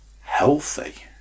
healthy